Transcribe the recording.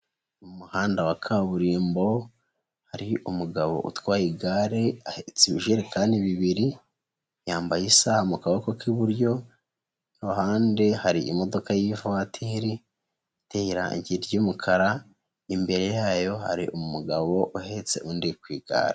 Mu muhanda wa kaburimbo hari umugabo utwaye igare ahetse ibijerikani bibiri, yambaye isaha mu kaboko k'iburyo, iruhande hari imodoka y'ivatiri iteye irangi ry'umukara, imbere yayo hari umugabo uhetse undi ku igare.